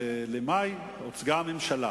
שאזורנו, לצערי הרב, הוא חלק ממנו,